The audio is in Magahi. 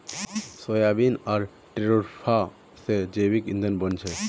सोयाबीन आर जेट्रोफा स जैविक ईंधन बन छेक